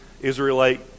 Israelite